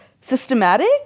systematic